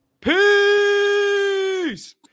peace